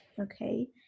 okay